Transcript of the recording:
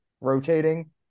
rotating